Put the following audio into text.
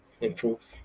improve